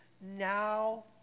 now